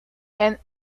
and